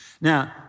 Now